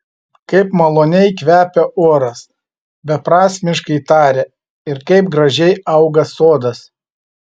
kaip maloniai kvepia oras beprasmiškai tarė ir kaip gražiai auga sodas